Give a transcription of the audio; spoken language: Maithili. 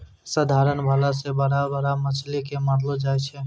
साधारण भाला से बड़ा बड़ा मछली के मारलो जाय छै